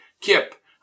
Kip